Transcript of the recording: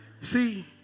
See